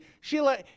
Sheila